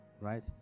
right